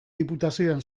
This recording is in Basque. diputazioen